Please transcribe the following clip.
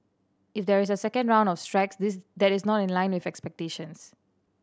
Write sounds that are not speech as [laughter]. if there is a second round of strikes [unintelligible] that is not in line with expectations